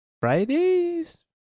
Friday's